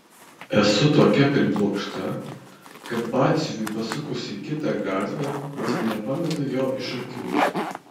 esu tokia priblokšta kad batsiuviui pasukus į kitą gatvę vos nepametu jo iš akių